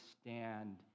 stand